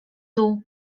dół